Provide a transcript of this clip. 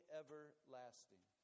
everlasting